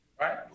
Right